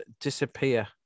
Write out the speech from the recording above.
disappear